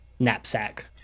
Knapsack